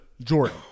Jordan